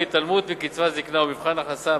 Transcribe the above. כי התעלמות מקצבת הזיקנה במבחן ההכנסות